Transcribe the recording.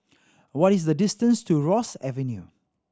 what is the distance to Ross Avenue